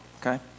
okay